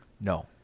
No